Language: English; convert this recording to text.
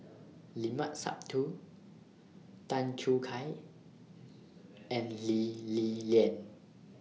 Limat Sabtu Tan Choo Kai and Lee Li Lian